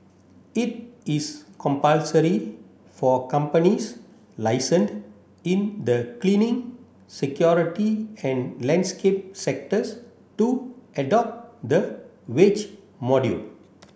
it is compulsory for companies licensed in the cleaning security and landscape sectors to adopt the wage module